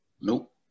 Nope